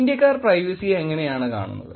ഇന്ത്യക്കാർ പ്രൈവസിയെ എങ്ങനെയാണ് കാണുന്നത്